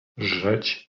żreć